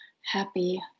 happy